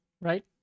right